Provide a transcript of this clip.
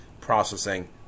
processing